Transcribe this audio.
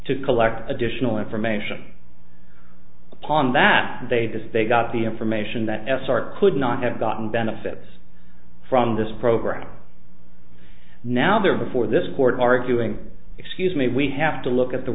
to collect additional information upon that date as they got the information that s r t could not have gotten benefits from this program now there before this court arguing excuse me we have to look at the